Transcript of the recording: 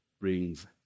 brings